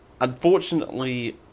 unfortunately